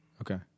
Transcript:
Okay